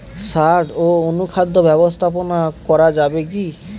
সাড় ও অনুখাদ্য ব্যবস্থাপনা করা যাবে কি?